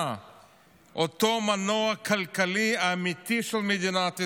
אותו מנוע כלכלי אמיתי של מדינת ישראל,